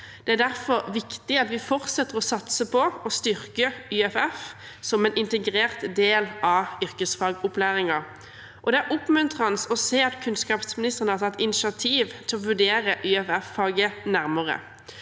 Det er derfor viktig at vi fortsetter å satse på og styrke YFF som en integrert del av yrkesfagopplæringen. Det er oppmuntrende å se at kunnskapsministeren har tatt initiativ til å vurdere YFF-faget nærmere.